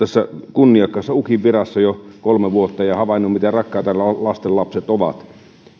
kunniakkaassa ukin virassa jo kolme vuotta ja havainnut miten rakkaita lastenlapset ovat